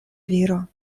viro